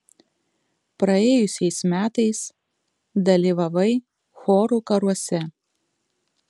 praėjusiais metais dalyvavai chorų karuose